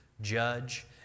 judge